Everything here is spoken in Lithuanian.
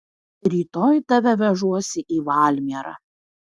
rytoj tave vežuosi į valmierą